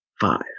five